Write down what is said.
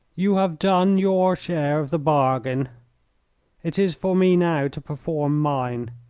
you have done your share of the bargain it is for me now to perform mine.